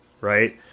right